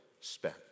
spend